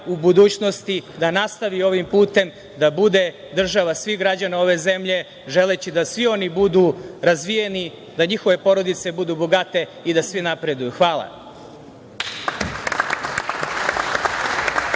u budućnosti da nastavi ovim putem, da bude država svih građana ove zemlje želeći da svi oni budu razvijeni, da njihove porodice budu bogate i da svi napreduju. Hvala.